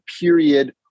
period